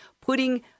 putting